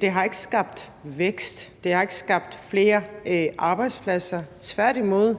Den har ikke skabt vækst, den har ikke skabt flere arbejdspladser. Tværtimod